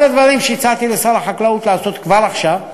אחד הדברים שהצעתי לשר החקלאות לעשות כבר עכשיו,